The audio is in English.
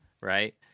right